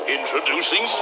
Introducing